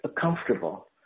comfortable